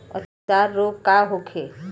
अतिसार रोग का होखे?